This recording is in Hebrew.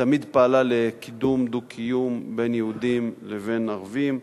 בזה שהיא תמיד פעלה לקידום דו-קיום בין יהודים לבין ערבים,